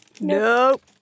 Nope